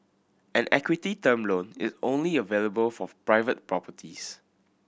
an equity term loan is only available for private properties